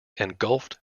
engulfed